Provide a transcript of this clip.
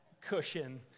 cushion